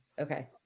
Okay